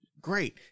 Great